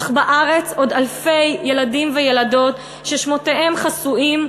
אך בארץ עוד אלפי ילדים וילדות ששמותיהם חסויים,